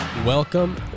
Welcome